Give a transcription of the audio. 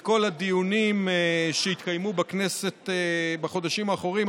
את כל הדיונים שהתקיימו בכנסת בחודשים האחרונים,